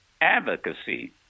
advocacy